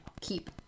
keep